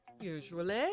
Usually